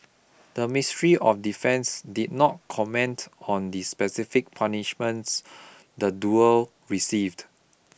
the Ministry of Defence did not comment on the specific punishments the duo received